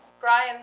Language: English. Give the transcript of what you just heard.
Brian